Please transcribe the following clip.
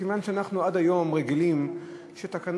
מכיוון שאנחנו עד היום רגילים שתקנון,